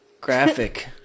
Graphic